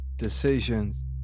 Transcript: decisions